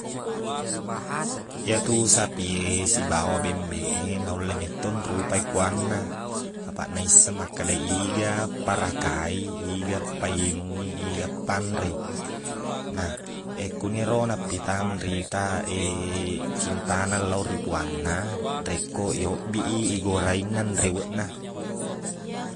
Iyetu sapi sibawa bembeq e, naulle metto nrupai puanna. Apaq naisseng makkeda iga parakai, iga painung i, iga panre i. Nah, ekkuniro napitang ri ita cintana lao ri puanna rekko iyobbi i, igorainna reweqna.